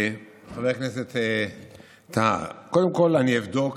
חבר הכנסת טאהא, קודם כול אני אבדוק